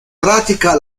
pratica